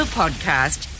podcast